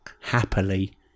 happily